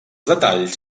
detalls